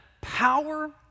power